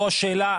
לא השאלה.